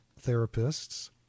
therapists